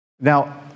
Now